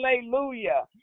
Hallelujah